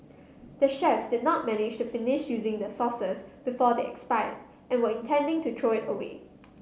the chefs did not manage finish using the sauces before they expired and were intending to throw it away